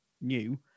new